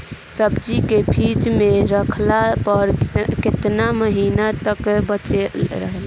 सब्जी के फिज में रखला पर केतना समय तक बचल रहेला?